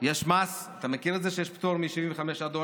יש מס, אתה מכיר את זה שיש פטור מ-75 דולר?